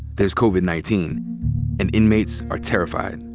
there's covid nineteen and inmates are terrified.